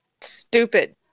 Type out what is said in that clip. stupid